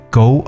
go